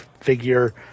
figure